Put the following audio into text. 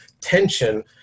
tension